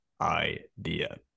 idea